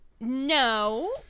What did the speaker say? No